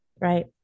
Right